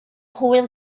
hwyl